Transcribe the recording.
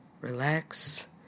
Relax